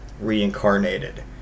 reincarnated